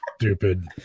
Stupid